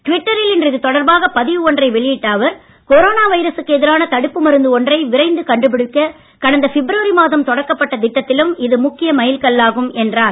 டுவிட்டரில் இன்று இதுதொடர்பாக பதிவு ஒன்றை வெளியிட்ட அவர் கொரோனா வைரசுக்கு எதிரான தடுப்பு மருந்து ஒன்றை விரைந்து கண்டுபிடிக்க கடந்த பிப்ரவரி மாதம் தொடக்கப்பட்ட திட்டத்திலும் இது முக்கிய மைல்கல்லாகும் என்றார்